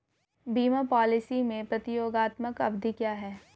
बीमा पॉलिसी में प्रतियोगात्मक अवधि क्या है?